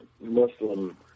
Muslim